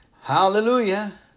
Hallelujah